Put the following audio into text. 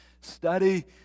study